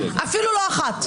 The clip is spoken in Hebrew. אפילו לא אחת.